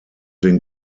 den